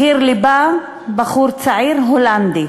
בחיר לבה, בחור צעיר, הולנדי.